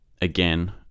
again